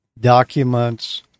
documents